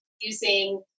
Using